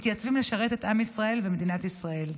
ומתייצבים לשרת את עם ישראל ומדינת ישראל.